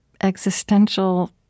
existential